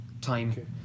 time